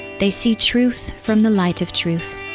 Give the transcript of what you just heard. they see truth from the light of truth.